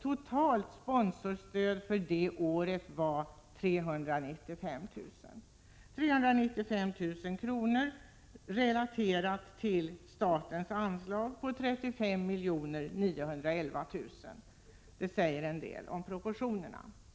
Totalt sponsorstöd till Moderna museet för det året var 395 000 kr., detta relaterat till statens anslag på 35 911 000 kr. säger en del om proportionerna. Apropå